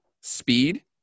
Speed